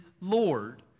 Lord